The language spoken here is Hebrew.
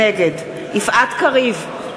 נגד יפעת קריב,